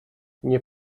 nie